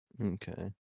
Okay